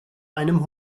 einem